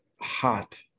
hot